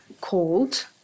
called